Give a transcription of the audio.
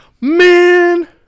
Man